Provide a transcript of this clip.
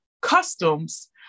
customs